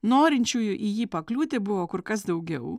norinčiųjų į jį pakliūti buvo kur kas daugiau